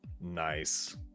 Nice